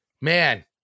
man